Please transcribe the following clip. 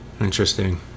Interesting